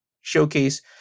showcase